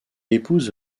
épouse